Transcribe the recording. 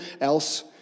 else